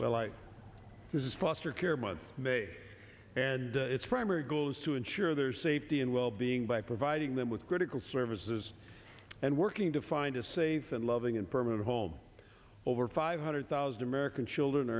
well i says foster care mother may and its primary goal is to ensure their safety and well being by providing them with critical services and working to find a safe and loving and permanent home over five hundred thousand american children